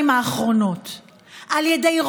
זה משבר דמוקרטי שישראל מצויה בו.